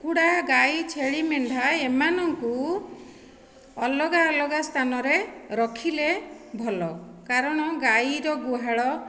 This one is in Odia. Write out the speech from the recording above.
କୁକୁଡ଼ା ଗାଈ ଛେଳି ମେଣ୍ଢା ଏମାନଙ୍କୁ ଅଲଗା ଅଲଗା ସ୍ଥାନରେ ରଖିଲେ ଭଲ କାରଣ ଗାଈର ଗୁହାଳ